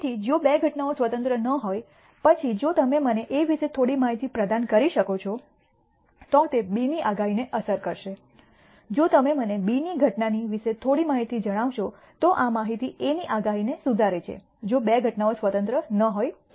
તેથી જો બે ઘટનાઓ સ્વતંત્ર ન હોય પછી જો તમે મને A વિશે થોડી માહિતી પ્રદાન કરી શકો છો તો તે Bની આગાહીને અસર કરશે જો તમે મને B ની ઘટના વિશે થોડી માહિતી જણાવશો તો આ માહિતી A ની આગાહી સુધારે છે જો બે ઘટનાઓ સ્વતંત્ર ન હોય તો